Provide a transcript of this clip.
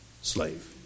slave